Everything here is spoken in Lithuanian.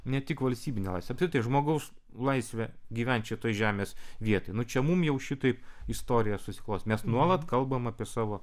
ne tik valstybinę laisvę apskritai žmogaus laisvę gyvent šitoj žemės vietoj nu čia mum jau šitaip istorija susiklostė mes nuolat kalbam apie savo